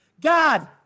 God